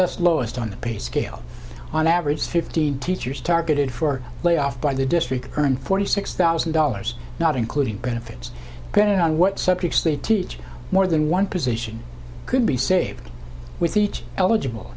thus lowest on the pay scale on average fifty teachers targeted for layoff by the district earn forty six thousand dollars not including benefits granted on what subjects they teach more than one position could be saved with each eligible